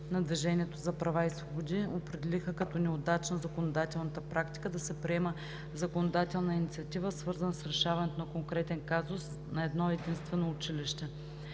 на „Движението за права и свободи“ определиха като неудачна законодателната практика да се предприема законодателна инициатива, свързана с решаването на конкретен казус на едно-единствено училище.